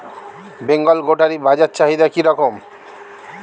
বেঙ্গল গোটারি বাজার চাহিদা কি রকম?